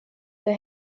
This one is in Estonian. see